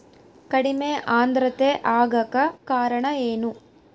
ಕಡಿಮೆ ಆಂದ್ರತೆ ಆಗಕ ಕಾರಣ ಏನು?